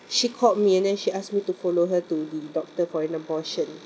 she called me and then she ask me to follow her to the doctor for an abortion